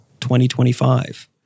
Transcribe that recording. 2025